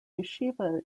yeshiva